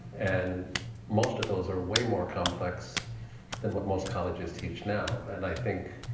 and most of those are way more complex than what most colleges teach now. and i think